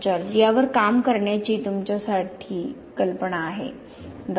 George यावर काम करण्याची तुमच्यासाठी कल्पना आहे डॉ